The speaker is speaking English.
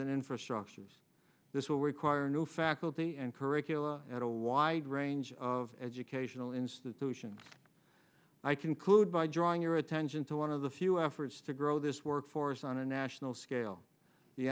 and infrastructures this will require new faculty and curricula at a wide range of educational institution i conclude by drawing your attention to one of the few efforts to grow this workforce on a national scale the